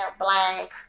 black